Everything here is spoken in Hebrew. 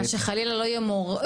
אבל שחלילה לא יהיה מורה.